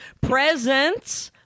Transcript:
presents